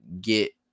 get